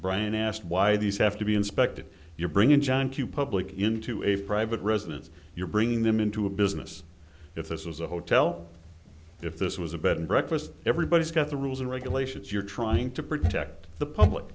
brian asked why these have to be inspected you bring in john q public into a private residence you're bringing them into a business if this was a hotel if this was a bed and breakfast everybody's got the rules and regulations you're trying to protect the public